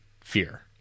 fear